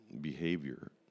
behavior